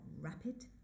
rapid